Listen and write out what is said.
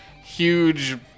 huge